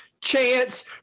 chance